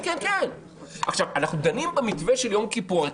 אנחנו דנים במתווה של יום כיפור,